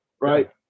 right